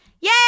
Yay